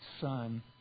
Son